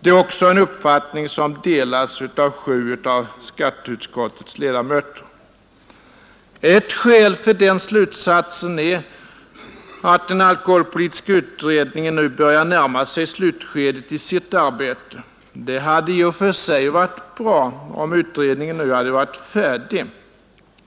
Det är också en uppfattning som delas av sju av skatteutskottets ledamöter. Ett skäl för den slutsatsen är att den alkoholpolitiska utredningen nu börjar närma sig slutskedet i sitt arbete. Det hade i och för sig varit bra om utredningen nu hade varit färdig.